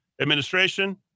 administration